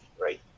right